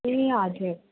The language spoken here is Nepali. ए हजुर